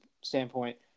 standpoint